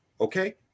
Okay